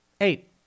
eight